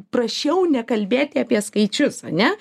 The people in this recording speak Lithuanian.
prašiau nekalbėti apie skaičius ane